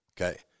Okay